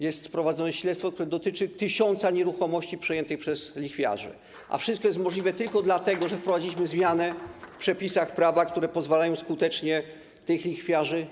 Jest prowadzone śledztwo, które dotyczy tysiąca nieruchomości przejętych przez lichwiarzy, a wszystko jest możliwe tylko dlatego, że wprowadziliśmy zmianę w przepisach prawa, które pozwalają skutecznie ścigać lichwiarzy.